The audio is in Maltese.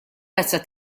tazza